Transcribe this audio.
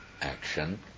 action